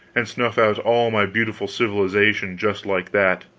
and snuff out all my beautiful civilization just like that.